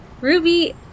Ruby